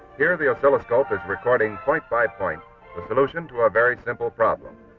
here the oscilloscope is recording point by point the solution to a very simple problem.